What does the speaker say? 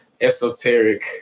esoteric